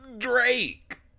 Drake